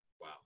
Wow